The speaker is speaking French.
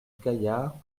gaillard